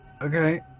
Okay